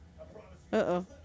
Uh-oh